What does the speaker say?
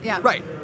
right